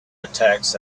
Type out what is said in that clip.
attacks